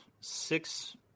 six